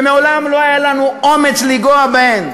שמעולם לא היה לנו אומץ לנגוע בהן,